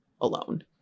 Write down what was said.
alone